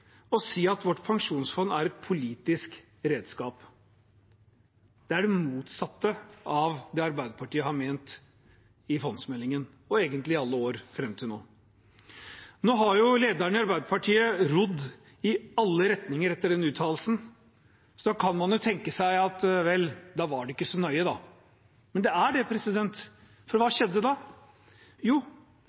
å si at vårt pensjonsfond er et politisk redskap. Det er det motsatte av det Arbeiderpartiet har ment i forbindelse med fondsmeldingen og egentlig i alle år fram til nå. Nå har lederen i Arbeiderpartiet rodd i alle retninger etter den uttalelsen, så da kan man jo tenke: Vel, da var det ikke så nøye. Men det er det, for hva skjedde? Jo,